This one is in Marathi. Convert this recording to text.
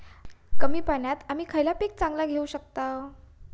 कमी पाण्यात आम्ही खयला पीक चांगला घेव शकताव?